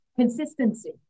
consistency